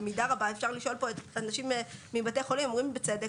במידה רבה אפשר לשאול פה את האנשים מבתי החולים אומרים בצדק